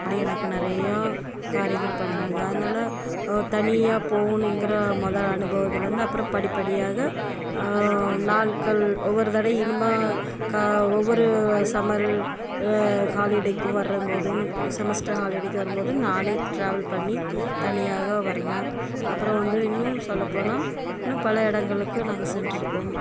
அப்படி எனக்கு நிறையா காரியங்கள் பண்ணிணாங்க அதனால் தனியாக போகணுங்குற மொதல் அனுபவத்திலேருந்து அப்புறம் படிப்படியாக நாட்கள் ஒவ்வொரு தடவையும் இனிமே கா ஒவ்வொரு சம்மர் ஹாலிடேவுக்கு வர்றம் போதும் செமெஸ்டர் ஹாலிடேவுக்கு வரும் போது நானே ட்ராவல் பண்ணி தனியாக தான் வருவேன் அப்புறம் வந்து இன்னும் சொல்லப்போனால் இன்னும் பல இடங்களுக்கு நாங்கள் சென்று இருக்கோம்